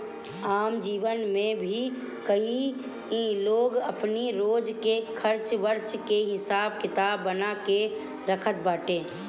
आम जीवन में भी कई लोग अपनी रोज के खर्च वर्च के हिसाब किताब बना के रखत बाटे